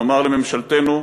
נאמר לממשלתנו,